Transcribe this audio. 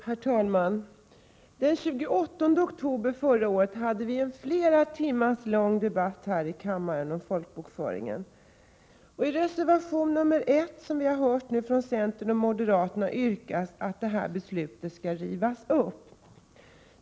Herr talman! Den 28 oktober förra året hade vi en flera timmar lång debatt här i kammaren om folkbokföringen. I reservation nr 1 från centern och moderaterna yrkas, som vi har hört, att beslutet skall rivas upp.